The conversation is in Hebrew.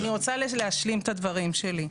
אני רוצה להשלים את הדברים שלי.